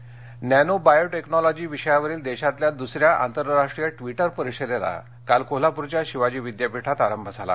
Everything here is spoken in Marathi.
परिषद कोल्हापर नॅनो बायोटेक्नॉलॉजी विषयावरील देशातल्या दुसऱ्या आंतरराष्ट्रीय ट्विटर परिषदेला काल कोल्हापूरच्या शिवाजी विद्यापीठात प्रारंभ झाला